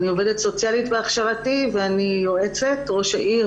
אני עובדת סוציאלית בהכשרתי ואני יועצת ראש העיר